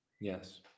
yes